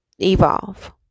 evolve